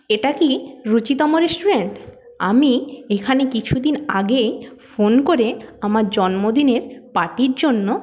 এটা কি রুচিতম রেস্টুরেন্ট আমি এখানে কিছুদিন আগে ফোন করে আমার জন্মদিনের পার্টির জন্য